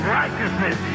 righteousness